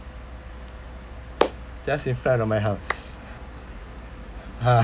just in front of my house